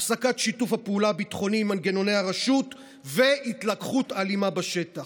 הפסקת שיתוף הפעולה הביטחוני עם מנגנוני הרשות והתלקחות אלימה בשטח.